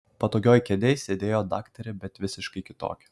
patogioj kėdėj sėdėjo daktarė bet visiškai kitokia